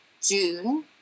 june